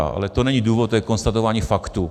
Ale to není důvod, to je konstatování faktu.